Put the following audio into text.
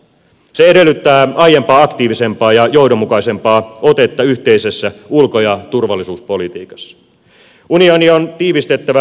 se edellyttää aiempaa aktiivisempaa ja johdonmukaisempaa otetta yhteisessä ulko ja turvallisuuspolitiikassa